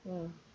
mm